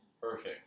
Perfect